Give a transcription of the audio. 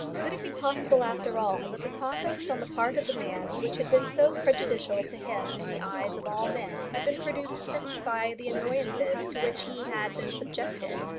could it be possible after all that the conduct on the part of the man which had been so prejudicial to him in the eyes of all men had been produced simply by the annoyances to which he had been subjected?